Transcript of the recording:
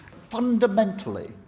Fundamentally